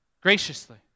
graciously